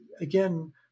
again